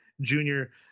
Junior